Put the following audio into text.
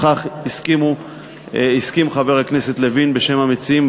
לכך הסכים חבר הכנסת לוין בשם המציעים,